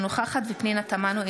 אינה נוכחת פנינה תמנו,